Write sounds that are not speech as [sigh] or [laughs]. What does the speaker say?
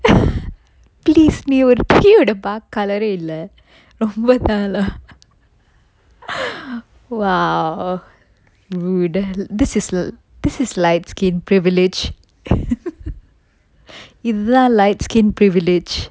please நீ ஒரு பிரிய டப்பா:nee oru piriya dappa colour eh இல்ல ரொம்ப தான்:illa romba thaan lah [laughs] !wow! rude this is this is light skin privilege [laughs] இதுதான்:ithuthaan light skin privilege